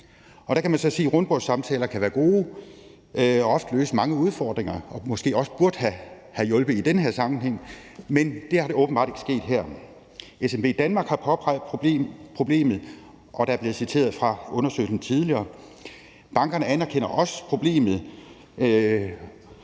Man kan sige, at rundbordssamtaler kan være gode og også løse mange udfordringer og måske også burde have hjulpet i den her sammenhæng, men det er åbenbart ikke sket her. SMVdanmark har påpeget problemet, og der er blevet citeret fra undersøgelsen tidligere. Bankerne anerkender også problemet,